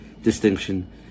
distinction